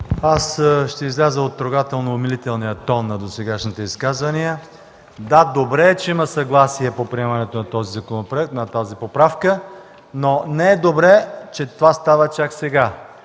Аз ще изляза от трогателно-умилителния тон на досегашните изказвания. Да, добре е, че има съгласие по приемането на този законопроект, на тази поправка, но не е добре, че това става чак сега.